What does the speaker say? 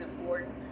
important